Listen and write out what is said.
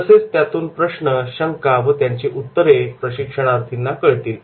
तसेच त्यातून प्रश्न शंका व त्यांची उत्तरे प्रशिक्षणार्थींना कळतील